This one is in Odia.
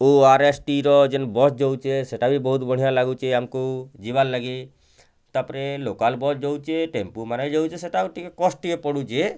ଓଆର୍ଏସ୍ଟିର ଯେନ୍ ବସ୍ ଯାଉଛେଁ ସେଟା ବି ବଢ଼ିଆ ଲାଗୁଛି ଆମକୁ ଯିବାର ଲାଗି ତା'ପରେ ଲୋକାଲ୍ ବସ୍ ଯାଉଛେଁ ଟେମ୍ପୋ ମାନେ ଯାଉଛେଁ ସେଟା ଆଉ ଟିକେ କଷ୍ଟ ଟିକେ ପଡ଼ୁଛି